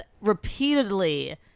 repeatedly